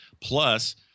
Plus